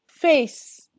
Face